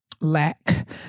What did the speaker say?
lack